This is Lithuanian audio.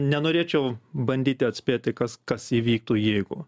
nenorėčiau bandyti atspėti kas kas įvyktų jeigu